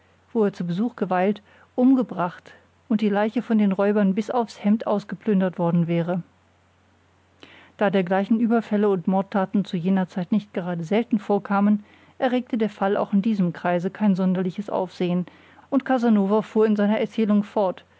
wo er zu besuch geweilt umgebracht und die leiche von den räubern bis aufs hemd ausgeplündert worden wäre da dergleichen überfälle und mordtaten zu jener zeit nicht gerade selten vorkamen erregte der fall auch in diesem kreise kein sonderliches aufsehen und casanova fuhr in seiner erzählung fort